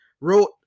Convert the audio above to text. wrote